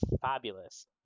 fabulous